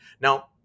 Now